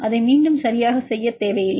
அதை மீண்டும் சரியாக செய்ய தேவை இல்லை